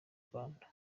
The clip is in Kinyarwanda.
rwanda